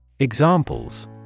Examples